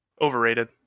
Overrated